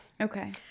Okay